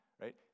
right